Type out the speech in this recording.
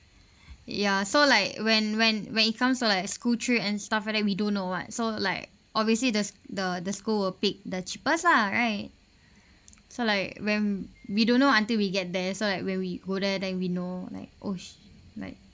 yeah so like when when when it comes to like school trip and stuff like that we don't know what so like obviously the sch~ the the school will pick the cheapest lah right so like when we don't know until we get there so like when we go there then we know like oh sh~ like